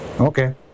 Okay